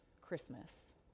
Christmas